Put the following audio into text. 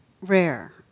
rare